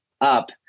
up